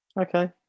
Okay